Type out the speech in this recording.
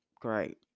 great